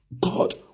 God